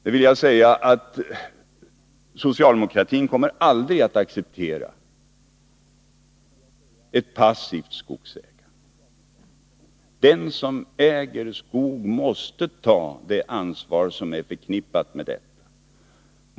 Jag vill säga att socialdemokratin aldrig kommer att acceptera ett passivt skogsägande. Den som äger skog måste ta det ansvar som är förknippat med detta.